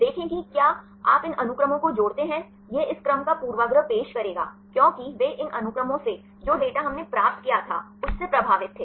देखें कि क्या आप इन अनुक्रमों को जोड़ते हैं यह इस क्रम का पूर्वाग्रह पेश करेगा क्योंकि वे इन अनुक्रमों से जो डेटा हमने प्राप्त किया था उससे प्रभावित थे